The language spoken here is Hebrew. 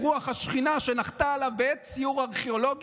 עם רוח השכינה שנחתה עליו בעת סיור ארכיאולוגי,